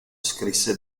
scrisse